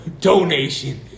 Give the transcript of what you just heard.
Donation